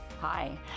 Hi